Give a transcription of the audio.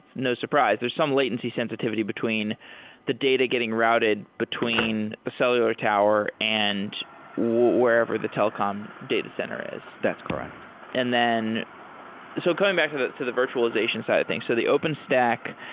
no surprise. there's some latency sensitivity between the data getting routed between the cellular tower and wherever the telecom data center is that's correct and so going back to the to the virtualization side of things. so the openstack,